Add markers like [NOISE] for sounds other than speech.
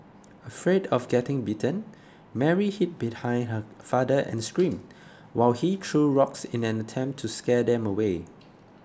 afraid of getting bitten Mary hid behind her father and screamed [NOISE] while he threw rocks in an attempt to scare them away